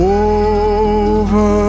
over